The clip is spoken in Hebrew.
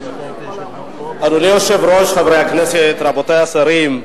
אדוני היושב-ראש, חברי הכנסת, רבותי השרים,